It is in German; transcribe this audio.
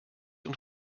und